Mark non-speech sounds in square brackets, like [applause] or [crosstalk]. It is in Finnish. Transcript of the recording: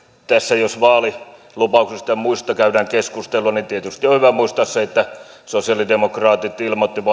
tässä jos vaalilupauksista ja muista käydään keskustelua niin tietysti on hyvä muistaa se että sosialidemokraatit ilmoittivat [unintelligible]